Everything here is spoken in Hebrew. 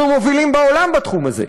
אנחנו מובילים בעולם בתחום הזה.